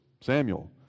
samuel